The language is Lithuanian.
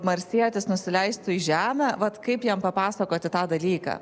marsietis nusileistų į žemę vat kaip jam papasakoti tą dalyką